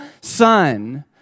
son